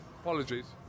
Apologies